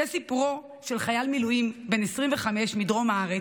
זהו סיפורו של חייל מילואים בן 25 מדרום הארץ,